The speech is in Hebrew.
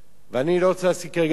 אני לא רוצה להציג כרגע שמות.